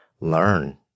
learn